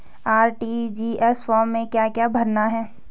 RTGS form में क्या क्या भरना है?